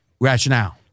Rationale